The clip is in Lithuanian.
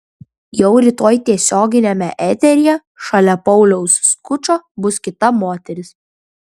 jau rytoj tiesioginiame eteryje šalia pauliaus skučo bus kita moteris